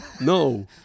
No